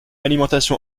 alimentation